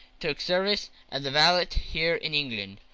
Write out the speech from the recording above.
took service as a valet here in england.